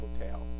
Hotel